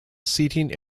seating